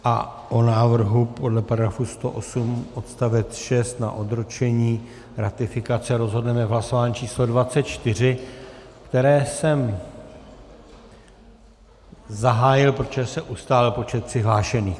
O návrhu podle § 108 odst. 6 na odročení ratifikace rozhodneme v hlasování číslo 24, které jsem zahájil, protože se ustálil počet přihlášených.